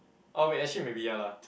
orh wait actually maybe ya lah